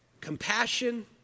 compassion